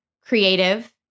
creative